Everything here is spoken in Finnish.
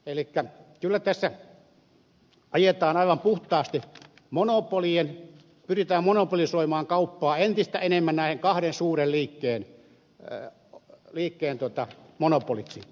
kyllä tässä ajetaan aivan puhtaasti monopolia pyritään monopolisoimaan kauppaa entistä enemmän näiden kahden suuren liikkeen monopoliksi